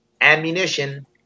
ammunition